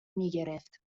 میگرفت